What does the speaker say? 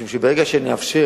משום שברגע שנאפשר